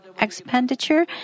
expenditure